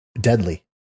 deadly